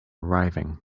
arriving